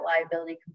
liability